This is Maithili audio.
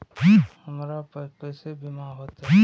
हमरा केसे बीमा होते?